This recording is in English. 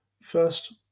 First